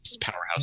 powerhouse